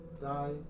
die